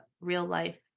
real-life